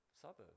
suburb